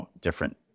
different